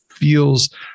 Feels